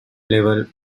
level